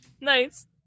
Nice